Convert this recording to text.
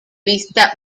vista